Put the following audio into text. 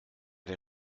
der